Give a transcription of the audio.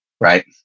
right